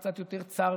קצת יותר צר,